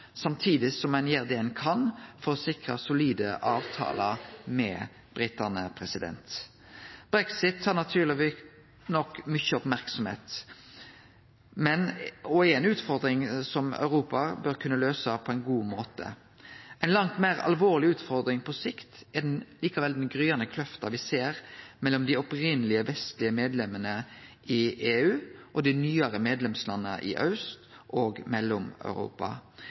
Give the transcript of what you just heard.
samtidig som ein gjer det ein kan for å sikre solide avtalar med britane. Brexit tar naturleg nok mykje merksemd og er ei utfordring som Europa bør kunne løyse på ein god måte. Ei langt meir alvorleg utfordring på sikt er likevel den gryande kløfta me ser mellom dei opprinnelege, vestlege medlemene i EU og dei nyare medlemslanda i Aust- og